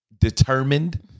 determined